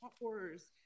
horrors